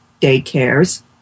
daycares